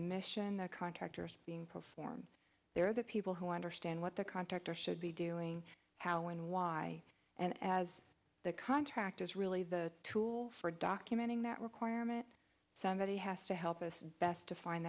mission the contractors being performed there are the people who understand what the contractor should be doing how and why and as the contract is really the tool for documenting that requirement somebody has to help us best to find